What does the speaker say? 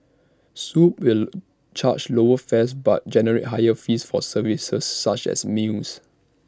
swoop will charge lower fares but generate higher fees for services such as meals